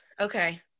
okay